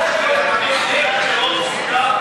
אתה מגנה את הטרוריסטים?